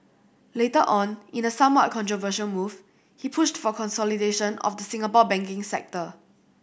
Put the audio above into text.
later on in a somewhat controversial move he pushed for consolidation of the Singapore banking sector